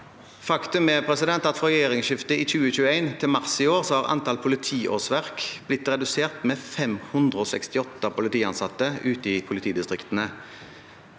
Faktum er at fra regjeringsskiftet i 2021 til mars i år har antall politiårsverk blitt redusert med 568 politiansatte ute i politidistriktene.